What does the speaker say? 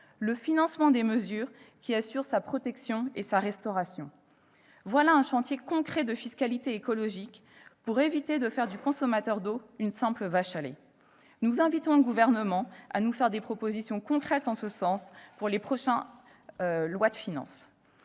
le financement des mesures qui assurent sa protection et sa restauration. Voilà un chantier concret de fiscalité écologique pour éviter de faire du consommateur d'eau une simple vache à lait. Nous invitons le Gouvernement à nous faire des propositions concrètes en ce sens pour les prochaines lois de finances.